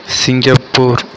Singapore